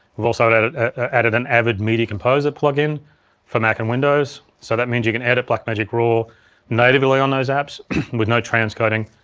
we've also added an avid media composer plugin for mac and windows. so that means you can edit blackmagic raw natively on those apps with no transcoding,